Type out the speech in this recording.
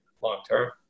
long-term